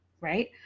right